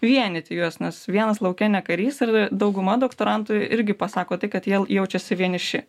vienyti juos nes vienas lauke ne karys ir dauguma doktorantų irgi pasako tai kad jie jaučiasi vieniši